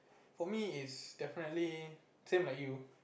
for me is definitely same like you